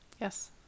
Yes